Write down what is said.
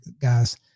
guys